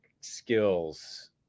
skills